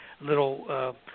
little